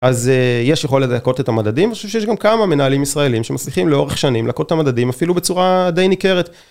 אז יש יכולת להכות את המדדים ויש גם כמה מנהלים ישראלים שמצליחים לאורך שנים להכות את המדדים אפילו בצורה די ניכרת.